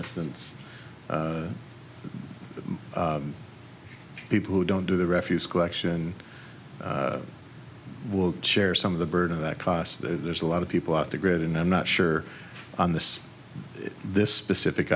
instance the people who don't do the refuse collection will share some of the burden that costs there's a lot of people out the grid and i'm not sure on this this specific